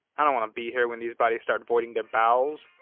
i don't wanna be here when these bodies start voiding their bowels.